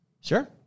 Sure